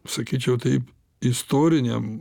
sakyčiau taip istoriniam